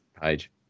page